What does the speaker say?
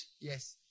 Yes